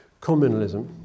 communalism